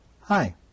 Hi